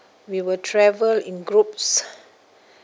we will travel in groups